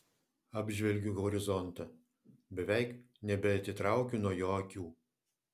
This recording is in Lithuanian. apžvelgiu horizontą beveik nebeatitraukiu nuo jo akių